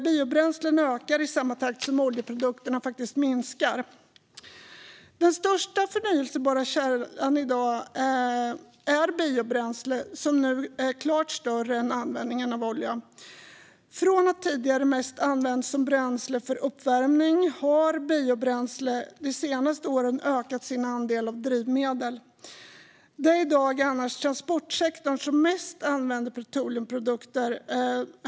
Biobränslen ökar i samma takt som oljeprodukterna minskar. Den största förnybara energikällan i dag är biobränsle, som nu har en klart större användning än olja. Från att tidigare mest ha använts som bränsle för uppvärmning har biobränsle de senaste åren ökat sin andel av drivmedlen. Det är i dag annars transportsektorn som använder mest petroleumprodukter.